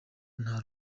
nta